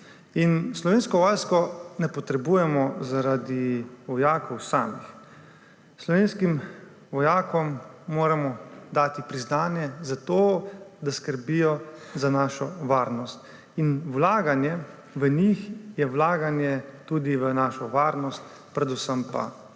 Slovenske vojske ne potrebujemo zaradi vojakov samih. Slovenskim vojakom moramo dati priznanje za to, da skrbijo za našo varnost. Vlaganje v njih je vlaganje tudi v našo varnost, predvsem pa